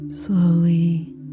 Slowly